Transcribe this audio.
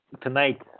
tonight